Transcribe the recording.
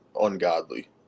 ungodly